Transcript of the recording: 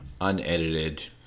unedited